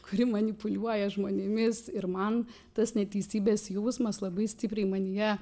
kuri manipuliuoja žmonėmis ir man tas neteisybės jausmas labai stipriai manyje